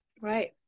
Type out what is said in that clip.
Right